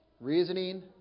Reasoning